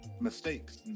Mistakes